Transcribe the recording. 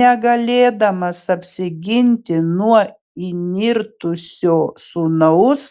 negalėdamas apsiginti nuo įnirtusio sūnaus